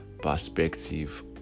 perspective